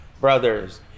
brothers